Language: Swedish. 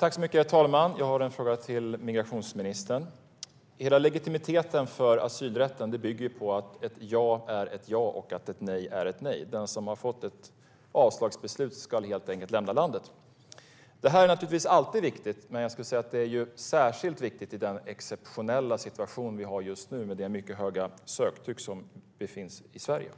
Herr talman! Jag har en fråga till migrationsministern. Hela legitimiteten för asylrätten bygger på att ett ja är ett ja och ett nej är ett nej. Den som har fått ett avslagsbeslut ska helt enkelt lämna landet. Det här är naturligtvis alltid viktigt, men jag skulle säga att det är särskilt viktigt i den exceptionella situation som vi har just nu med det mycket höga söktryck som råder i Sverige.